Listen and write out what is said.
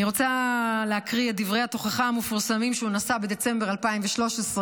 אני רוצה להקריא את דברי התוכחה המפורסמים שהוא נשא בדצמבר 2013,